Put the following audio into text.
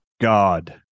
God